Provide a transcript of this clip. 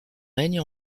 règne